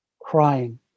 Crying